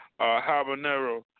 habanero